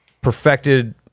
perfected